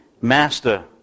Master